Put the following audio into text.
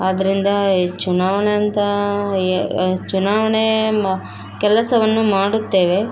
ಅದರಿಂದ ಈ ಚುನಾವಣೆ ಅಂಥ ಏ ಚುನಾವಣೆ ಕೆಲಸವನ್ನು ಮಾಡುತ್ತೇವೆ